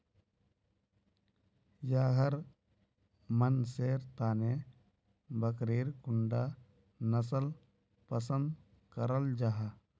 याहर मानसेर तने बकरीर कुंडा नसल पसंद कराल जाहा?